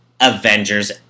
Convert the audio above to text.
Avengers